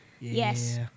Yes